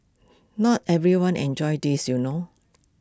not everyone enjoys this you know